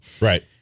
Right